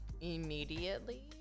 immediately